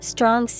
Strong